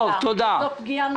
תודה.